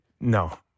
No